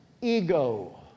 ego